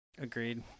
Agreed